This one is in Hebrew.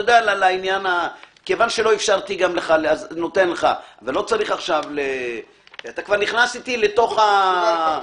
לא צריך עכשיו אתה נכנס אתי לתוך הדיונים.